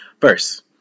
first